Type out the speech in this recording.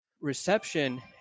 reception